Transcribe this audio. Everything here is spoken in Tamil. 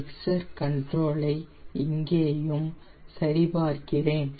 மிக்ஸ்சர் கண்ட்ரோல் ஐ இங்கேயும் சரிபார்க்கிறேன்